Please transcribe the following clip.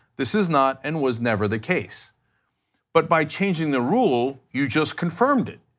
this is not and was never the case but by changing the rule, you just confirmed it.